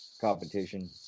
competition